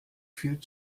viel